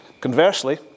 Conversely